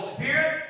Spirit